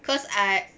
cause I